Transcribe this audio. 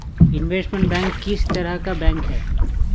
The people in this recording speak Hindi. इनवेस्टमेंट बैंक किस तरह का बैंक है?